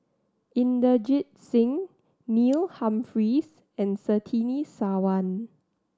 Inderjit Singh Neil Humphreys and Surtini Sarwan